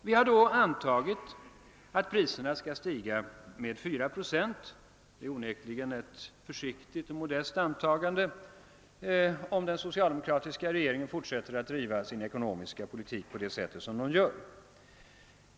Vi har därvid antagit att priserna skall stiga med 4 procent — det är onekligen ett modest antagande under förutsättning att den socialdemokratiska regeringen fortsätter att driva sin ekonomiska politik på det sätt som den gör.